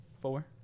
four